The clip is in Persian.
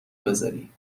بذاری